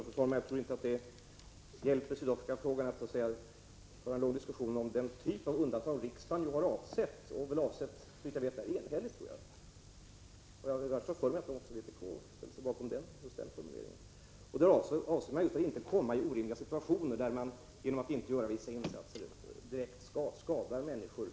Fru talman! Jag tror inte att det hjälper i den här frågan att föra en diskussion om den typ av undantag som riksdagen avsåg med sitt, så vitt jag vet, enhälliga beslut — jag har för mig att även vpk ställde sig bakom det. Avsikten är inte att hamna i orimliga situationer där man genom attinte göra insatser direkt skadar människor.